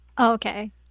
Okay